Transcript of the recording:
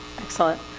Excellent